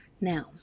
Now